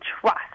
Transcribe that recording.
trust